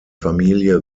familie